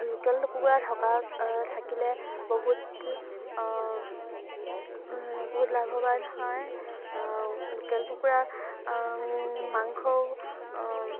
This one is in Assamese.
লোকেল কুকুৰা থকা থাকিলে বহুত বহুত লাভৱান হয় লোকেল কুকুৰাৰ মাংসও